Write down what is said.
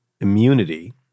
immunity